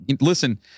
Listen